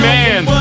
Man